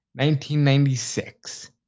1996